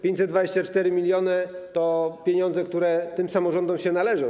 524 mln zł to pieniądze, które tym samorządom się należą.